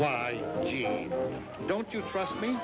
why don't you trust me